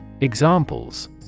Examples